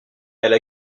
elle